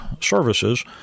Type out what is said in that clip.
services